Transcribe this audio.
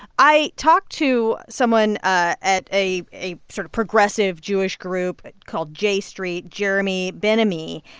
i talked to someone ah at a a sort of progressive jewish group called j street, jeremy ben-ami.